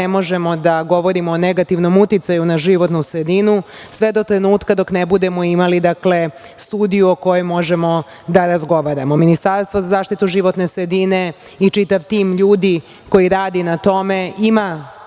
ne možemo da govorimo o negativnom uticaju na životnu sredinu, sve do trenutka dok ne budemo imali, dakle, studiju o kojoj možemo da razgovaramo. Ministarstvo za zaštitu životne sredine i čitav tim ljudi koji radi na tome ima